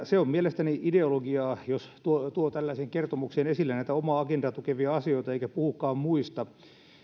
se on ideologiaa jos tuo tuo tällaiseen kertomukseen esille näitä omaa agendaa tukevia asioita eikä puhukaan muista